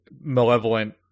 malevolent